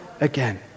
again